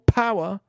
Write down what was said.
power